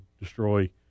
destroy